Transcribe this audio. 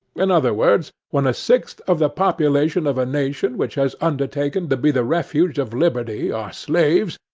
in other words, when a sixth of the population of a nation which has undertaken to be the refuge of liberty are slaves,